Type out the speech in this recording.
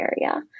area